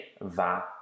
va